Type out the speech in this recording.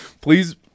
Please